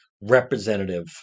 representative